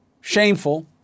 shameful